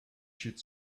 should